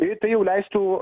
ir tai jau leistų